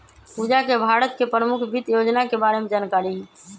पूजा के भारत के परमुख वित योजना के बारे में जानकारी हई